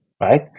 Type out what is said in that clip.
right